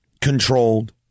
controlled